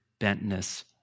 bentness